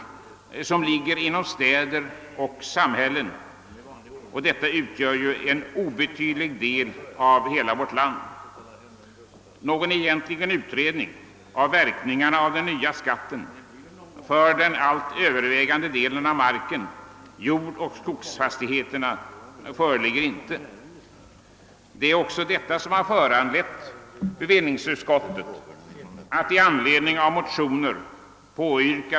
Möjlighet till uppskov med realisationsvinstbeskattningen föreslås vid expropriation eller tvångsöverlåtelse och när överlåtelsen är ett led i jordbrukets eller skogsbrukets yttre rationalisering. Förslag till bestämmelser härom avses skola framläggas senare.